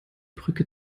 brücke